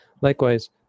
Likewise